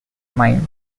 mind